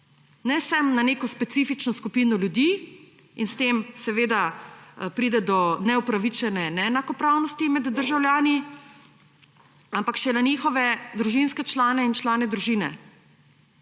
ne samo na neko specifično skupino ljudi in s tem seveda pride do neupravičene neenakopravnosti med državljani, ampak še na njihove družinske člane in člane družine.